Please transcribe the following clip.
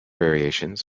variations